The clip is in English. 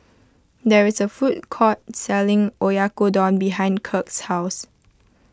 there is a food court selling Oyakodon behind Kirk's house